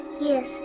Yes